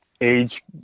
Age